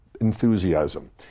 enthusiasm